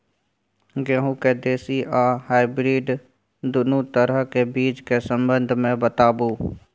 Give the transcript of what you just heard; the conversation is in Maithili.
गेहूँ के देसी आ हाइब्रिड दुनू तरह के बीज के संबंध मे बताबू?